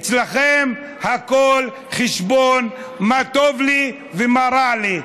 אצלכם הכול חשבון מה טוב לי ומה רע לי,